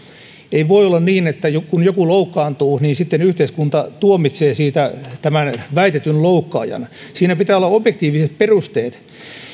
ei voi olla niin että kun joku loukkaantuu niin sitten yhteiskunta tuomitsee siitä tämän väitetyn loukkaajan siinä pitää olla objektiiviset perusteet